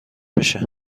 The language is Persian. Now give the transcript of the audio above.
بشه